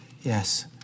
yes